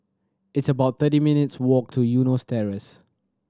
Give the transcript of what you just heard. it's about thirty minutes' walk to Eunos Terrace